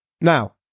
Now